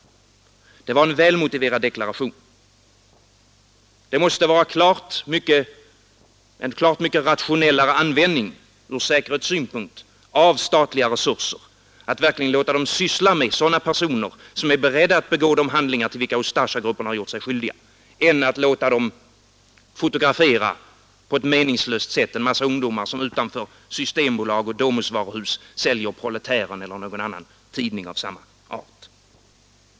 Det var en välmotiverad deklaration. Ur säkerhetssynpunkt måste det vara klart bättre och en mera rationell användning av statliga resurser att verkligen låta dem syssla med sådana personer som är beredda att begå de handlingar till vilka Ustasjagruppen gjort sig skyldig, än att låta dem på ett meningslöst sätt fotografera en mängd ungdomar som utanför systembolag och Domusvaruhus säljer Proletären eller någon annan tidning av samma art.